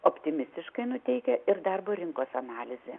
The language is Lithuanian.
optimistiškai nuteikia ir darbo rinkos analizė